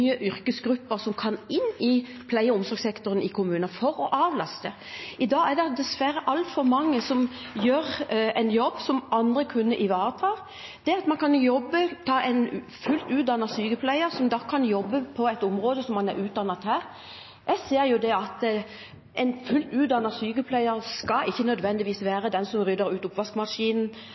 i pleie- og omsorgssektoren i kommunene. I dag er det dessverre altfor mange som gjør en jobb som andre kunne ivaretatt. En fullt utdannet sykepleier kan jobbe på et område som vedkommende er utdannet til. Jeg ser jo at en fullt utdannet sykepleier ikke nødvendigvis skal være den som rydder ut av oppvaskmaskinen